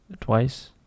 twice